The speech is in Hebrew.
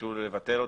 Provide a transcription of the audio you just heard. שביקשו לבטל אותה,